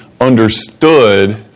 understood